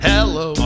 Hello